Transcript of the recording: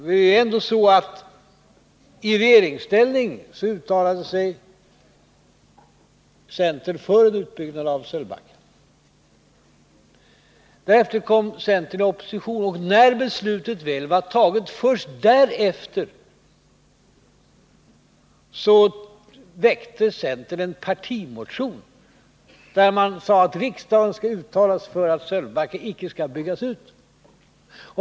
Det är ändå så, att i regeringsställning uttalade sig centern för en utbyggnad av Sölvbackaströmmarna. Därefter kom centern i opposition, och först efter det att beslutet väl hade fattats, väckte centern en partimotion, i vilken man sade att riksdagen skall uttala sig för att Sölvbackaströmmarna icke skall byggas ut.